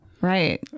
Right